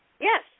Yes